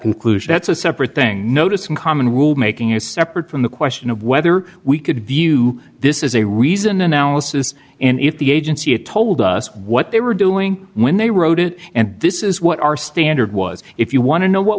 conclusion that's a separate thing notice and common rule making is separate from the question of whether we could view this as a reason analysis and if the agency had told us what they were doing when they wrote it and this is what our standard was if you want to know what